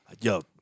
yo